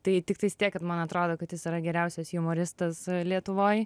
tai tiktais tiek kad man atrodo kad jis yra geriausias jumoristas lietuvoj